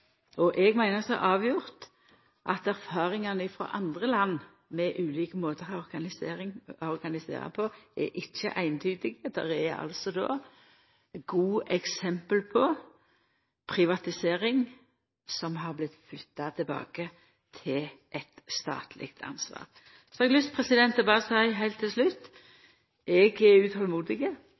Eg meiner så avgjort at erfaringane frå andre land, med ulike måtar å organisera på, ikkje er eintydige. Det er altså gode eksempel på privatisering som har vorte flytta tilbake til eit statleg ansvar. Heilt til slutt har eg lyst til å seia at eg er utolmodig. Det har eg sagt mange gonger før i denne salen. Eg er